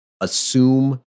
assume